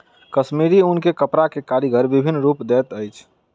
कश्मीरी ऊन के कपड़ा के कारीगर विभिन्न रूप दैत अछि